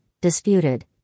disputed